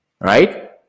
right